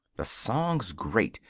the song's great.